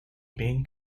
being